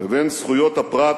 לבין זכויות הפרט